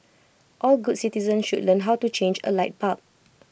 all good citizens should learn how to change A light bulb